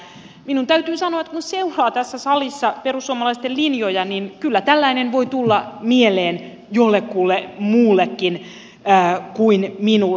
minun täytyy sanoa että kun seuraa tässä salissa perussuomalaisten linjoja niin kyllä tällainen voi tulla mieleen jollekulle muullekin kuin minulle